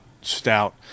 stout